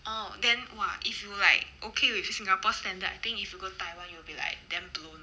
oh then !wah! if you like okay with singapore standard I think if you go taiwan you will be like them too